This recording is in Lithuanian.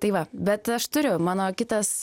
tai va bet aš turiu mano kitas